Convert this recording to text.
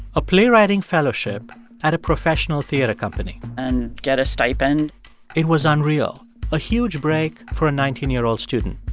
a playwriting fellowship at a professional theater company. and get a stipend it was unreal a huge break for a nineteen year old student.